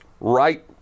right